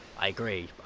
i agree.